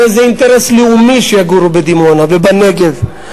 הרי זה אינטרס לאומי שיגורו בדימונה ובנגב.